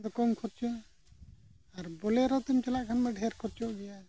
ᱟᱫᱚ ᱠᱚᱢ ᱠᱷᱚᱨᱪᱟ ᱟᱨ ᱵᱚᱞᱮᱨᱳ ᱛᱮᱢ ᱪᱟᱞᱟᱜ ᱞᱷᱟᱱ ᱢᱟ ᱰᱷᱮᱹᱨ ᱠᱷᱚᱨᱪᱟᱜ ᱜᱮᱭᱟ